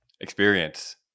Experience